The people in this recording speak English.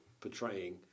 portraying